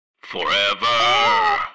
Forever